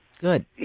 Good